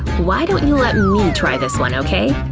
why don't you let me and try this one, okay?